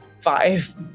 five